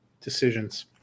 decisions